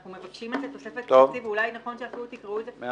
אנחנו מבקשים על זה תוספת תקציב ואולי אפילו נכון שתקראו --- טוב,